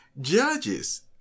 judges